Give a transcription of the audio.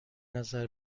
نظر